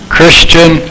Christian